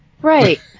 Right